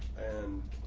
and